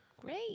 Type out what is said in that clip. Great